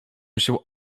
się